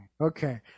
Okay